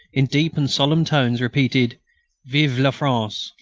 in deep and solemn tones, repeated vive la france!